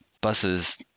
buses